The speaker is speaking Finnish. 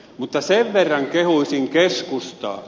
mutta sen verran kehuisin keskustaa